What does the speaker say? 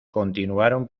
continuaron